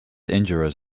injurious